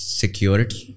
security